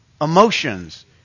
emotions